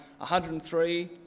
103